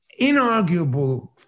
inarguable